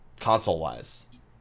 console-wise